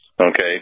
Okay